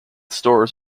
stores